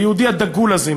היהודי הדגול הזה,